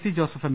C Joseph M